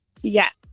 Yes